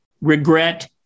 regret